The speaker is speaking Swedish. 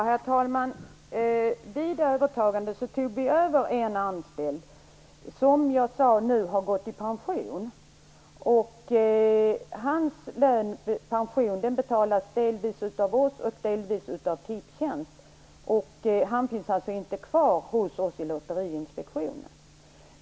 Herr talman! Vid övertagandet tog vi över en anställd, som alltså nu har gått i pension. Hans pension betalas delvis av oss, delvis av Tipstjänst. Han finns alltså inte kvar hos oss i Lotteriinspektionen.